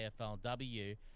AFLW